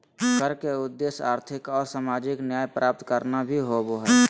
कर के उद्देश्य आर्थिक और सामाजिक न्याय प्राप्त करना भी होबो हइ